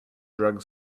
drug